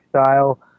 style